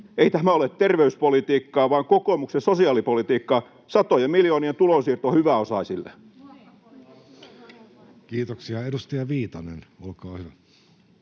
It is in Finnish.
Ei tämä ole terveyspolitiikkaa, vaan kokoomuksen sosiaalipolitiikkaa, satojen miljoonien tulonsiirto hyväosaisille. [Speech 72] Speaker: Jussi